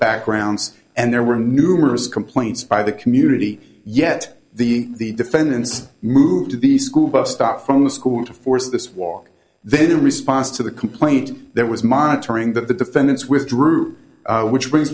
backgrounds and there were numerous complaints by the community yet the defendants moved to the school bus stop from the school to force this walk then in response to the complaint that was monitoring that the defendants withdrew which brings